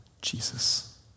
Jesus